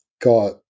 got